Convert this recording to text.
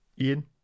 Ian